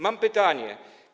Mam pytanie.